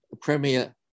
Premier